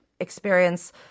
experience